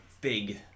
big